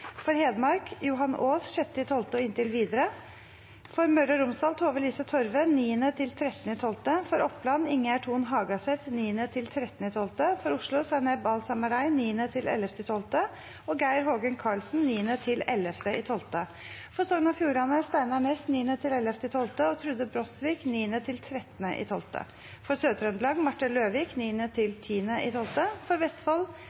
Hedmark: Johan Aas 6. desember og inntil videre For Møre og Romsdal: Tove-Lise Torve 9.–13. desember For Oppland: Ingjerd Thon Hagaseth 9.–13. desember For Oslo: Zaineb Al-Samarai 9.–11. desember og Geir Hågen Karlsen 9.–11. desember For Sogn og Fjordane: Steinar Ness 9.–11. desember og Trude Brosvik 9.–13. desember For Sør-Trøndelag: Marte Løvik 9.–10. desember For Vestfold: